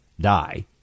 die